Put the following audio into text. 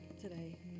today